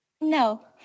no